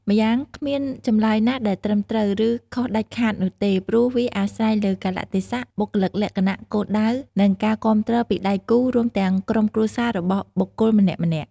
ម្យ៉ាងគ្មានចម្លើយណាដែលត្រឹមត្រូវ ឬខុសដាច់ខាត់នោះទេ ព្រោះវាអាស្រ័យលើកាលៈទេសៈ បុគ្គលិកលក្ខណៈ គោលដៅ និងការគាំទ្រពីដៃគូ រួមទាំងក្រុមគ្រួសាររបស់បុគ្គលម្នាក់ៗ។